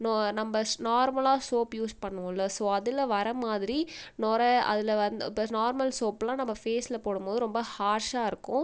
நான் நம்ம நார்மலாக சோப்பு யூஸ் பண்ணுவோம்ல ஸோ அதில் வரமாதிரி நுரை அதில் நார்மல் சோப்புலாம் நம்ம ஃபேஸில் போடும்போது ரொம்ப ஹார்ஷாயிருக்கும்